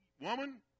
woman